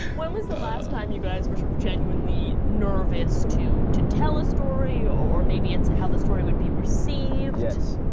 when were the last time you guys were sort of genuinely nervous to to tell a story or maybe it's how the story would be received. yes.